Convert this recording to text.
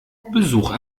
besuch